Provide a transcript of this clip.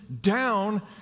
down